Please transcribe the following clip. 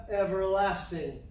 everlasting